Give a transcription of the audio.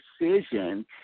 decision –